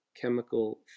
chemical